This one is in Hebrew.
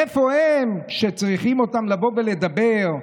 איפה הם כשצריכים אותם לבוא ולדבר?